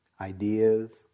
Ideas